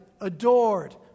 adored